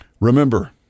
Remember